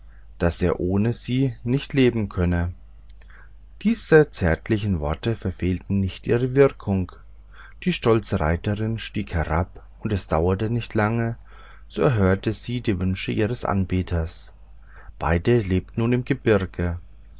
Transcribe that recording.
daß er ohne sie nicht leben könne diese zärtlichen worte verfehlten nicht ihre wirkung die stolze reiterin stieg herab und es dauerte nicht lange so erhörte sie die wünsche ihres anbeters beide lebten nun im gebirge